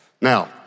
Now